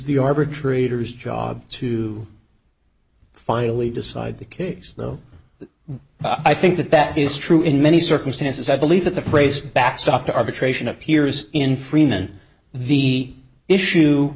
the arbitrator's job too finally decide the case though i think that that is true in many circumstances i believe that the phrase backstopped arbitration appears in freeman the issue